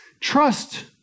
trust